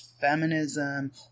feminism